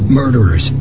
murderers